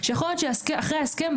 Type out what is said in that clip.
שיכול להיות שאחרי ההסכם,